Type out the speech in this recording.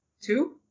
Two